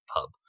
pub